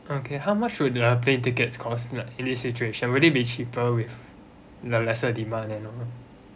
okay how much would the plane tickets cost that in this situation would it be cheaper with the lesser demand than normal